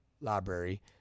library